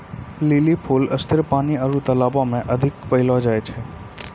lily फूल स्थिर पानी आरु तालाब मे अधिक पैलो जाय छै